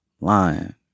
Lying